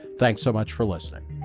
thanks so much for listening